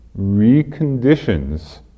reconditions